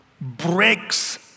breaks